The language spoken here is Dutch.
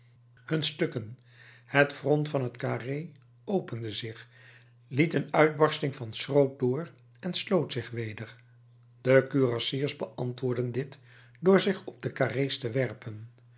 hun stukken het front van het carré opende zich liet een uitbarsting van schroot door en sloot zich weder de kurassiers beantwoordden dit door zich op de carré's te werpen